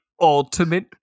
ultimate